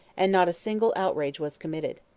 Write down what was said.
and not a single outrage was committed.